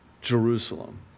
Jerusalem